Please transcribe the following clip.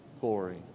glory